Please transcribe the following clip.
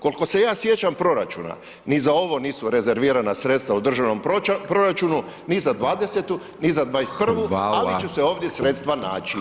Koliko se ja sjećam proračuna, ni za ovo nisu rezervirana sredstva u državnom proračunu ni za '20. ni za '21., [[Upadica: Hvala.]] ali će se ovdje sredstva naći.